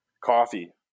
coffee